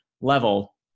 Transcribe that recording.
level